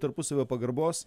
tarpusavio pagarbos